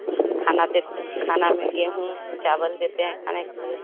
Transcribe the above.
खाना देते खाना में गेहूँ चावल देते हैं खाने के लिए